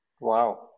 Wow